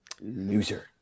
Loser